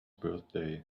birthday